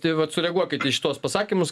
tai vat sureaguokit į šituos pasakymus